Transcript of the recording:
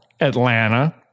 Atlanta